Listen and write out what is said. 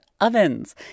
ovens